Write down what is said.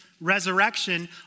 resurrection